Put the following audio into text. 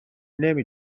نمی